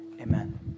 Amen